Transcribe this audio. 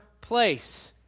place